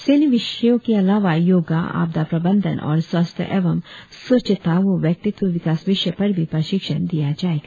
सैन्य विषयों के अलावा योगा आपदा प्रबंधन और स्वास्थ्य एवं स्वच्छता व व्यक्तित्व विकास विषय पर भी प्रशिक्षण दिया जायेगा